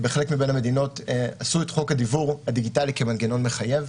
בחלק מהמדינות עשו את חוק הדיוור הדיגיטלי כמנגנון מחייב.